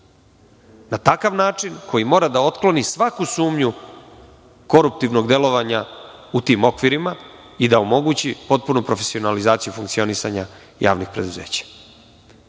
na takav način koji mora da otkloni svaku sumnju koruptivnog delovanja u tim okvirima i da omogući potpunu profesionalizaciju funkcionisanja javnih preduzeća. Sad,